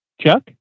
Chuck